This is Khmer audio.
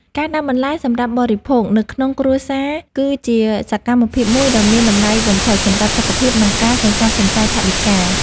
ការដាំបន្លែសម្រាប់បរិភោគនៅក្នុងគ្រួសារគឺជាសកម្មភាពមួយដ៏មានតម្លៃបំផុតសម្រាប់សុខភាព និងការសន្សំសំចៃថវិកា។